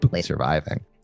surviving